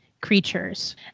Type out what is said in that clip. creatures